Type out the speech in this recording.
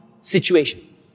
situation